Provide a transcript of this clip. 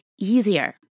easier